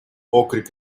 окрик